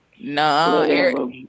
No